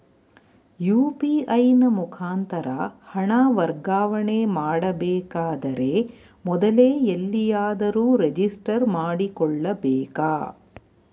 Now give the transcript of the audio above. UPI ನ ಮುಖಾಂತರ ಹಣ ವರ್ಗಾವಣೆ ಮಾಡಬೇಕಾದರೆ ಮೊದಲೇ ಎಲ್ಲಿಯಾದರೂ ರಿಜಿಸ್ಟರ್ ಮಾಡಿಕೊಳ್ಳಬೇಕಾ?